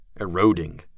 eroding